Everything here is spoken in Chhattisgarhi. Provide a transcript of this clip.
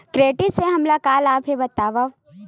क्रेडिट से हमला का लाभ हे बतावव?